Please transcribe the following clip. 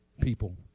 People